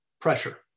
pressure